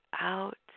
out